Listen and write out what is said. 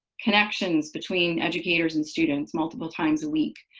connections between educators and students multiple times a week.